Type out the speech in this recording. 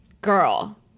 Girl